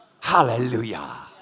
Hallelujah